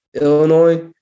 illinois